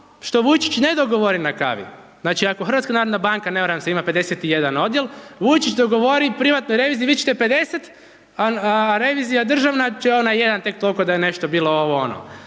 što Vujčić ne dogovori na kavi, znači ako HNB ne varam se ima 51 odjel, Vujčić dogovori u privatnoj reviziji vi ćete 50, a revizija državna će onaj 1 tek tolko da je nešto bilo ovo ono.